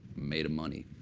made of money.